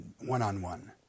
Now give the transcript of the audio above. one-on-one